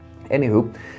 anywho